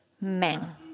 men